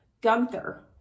Gunther